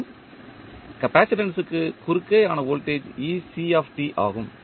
மற்றும் கப்பாசிட்டன்ஸ் க்கு குறுக்கேயான வோல்டேஜ் ஆகும்